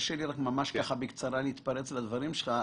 תרשה לי בקצרה להתפרץ לדברים שלך.